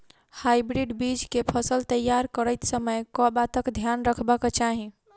Hybrid बीज केँ फसल तैयार करैत समय कऽ बातक ध्यान रखबाक चाहि?